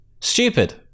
Stupid